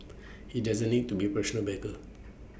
he doesn't need to be professional beggar